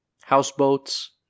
houseboats